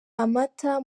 amata